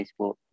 Facebook